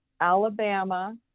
Alabama